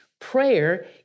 Prayer